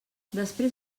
després